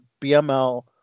BML